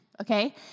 okay